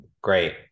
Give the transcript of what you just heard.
great